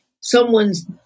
someone's